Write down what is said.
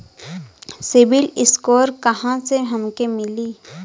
CIBIL score कहाँसे हमके मिली?